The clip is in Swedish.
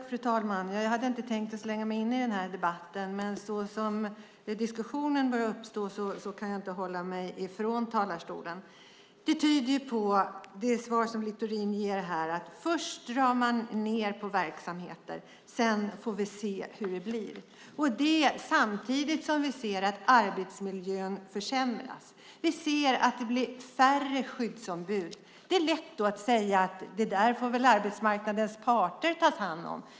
Fru talman! Jag hade inte tänkt slänga mig in i den här debatten, men som diskussionen börjar bli kan jag inte hålla mig borta från talarstolen. Det svar som Littorin ger tyder på att man först drar ned på verksamheter och sedan får vi se hur det blir. Samtidigt ser vi att arbetsmiljön försämras. Vi ser att det blir färre skyddsombud. Det är lätt att säga att det är något som arbetsmarknadens parter får ta hand om.